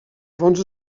fonts